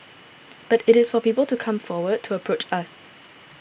but it is for people to come forward to approach us